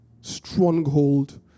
stronghold